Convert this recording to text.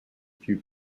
few